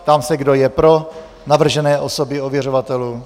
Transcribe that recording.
Ptám se, kdo je pro navržené osoby ověřovatelů.